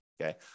okay